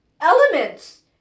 elements